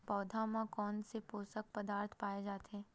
पौधा मा कोन से पोषक पदार्थ पाए जाथे?